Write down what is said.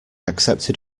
accepted